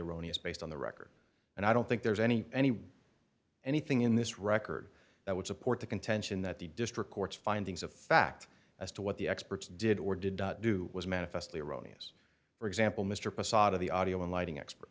erroneous based on the record and i don't think there's any any anything in this record that would support the contention that the district court's findings of fact as to what the experts did or did do was manifestly erroneous for example mr posada the audio and lighting expert